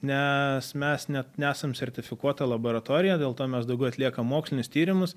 nes mes net nesam sertifikuota laboratorija dėl to mes daugiau atliekam mokslinius tyrimus